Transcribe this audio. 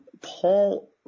Paul